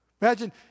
Imagine